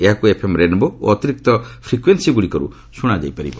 ଏହାକୁ FM rainbow ଓ ଅତିରିକ୍ତ ଫ୍ରିକ୍ୟୁଏନ୍ସି ଗୁଡ଼ିକରୁ ଶୁଣାଯାଇପାରିବ